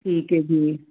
ਠੀਕ ਹੈ ਜੀ